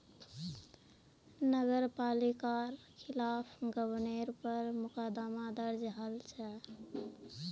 नगर पालिकार खिलाफ गबनेर पर मुकदमा दर्ज हल छ